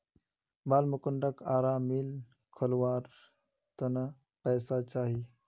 बालमुकुंदक आरा मिल खोलवार त न पैसा चाहिए